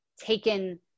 taken